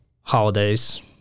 holidays